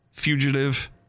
Fugitive